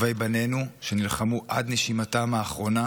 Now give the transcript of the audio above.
טובי בנינו שנלחמו עד נשימתם האחרונה